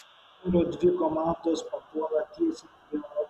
iš kiekvieno turnyro dvi komandos papuola tiesiai į europos čempionatą